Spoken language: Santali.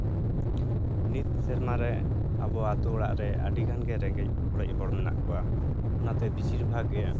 ᱱᱤᱛ ᱥᱮᱨᱢᱟ ᱨᱮ ᱟᱵᱚ ᱟᱛᱳ ᱚᱲᱟᱜ ᱨᱮ ᱟᱹᱰᱤ ᱜᱟᱱᱜᱮ ᱨᱮᱸᱜᱮᱡ ᱚᱲᱮᱡ ᱦᱚᱲ ᱢᱮᱱᱟᱜ ᱠᱚᱣᱟ ᱚᱱᱟᱛᱮ ᱵᱤᱥᱤᱨ ᱵᱷᱟᱜᱽ ᱜᱮ